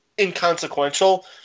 inconsequential